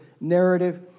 narrative